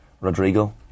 Rodrigo